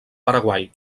paraguai